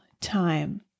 time